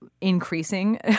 increasing